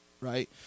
right